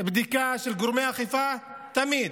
בדיקה של גורמי אכיפה תמיד,